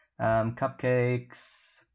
cupcakes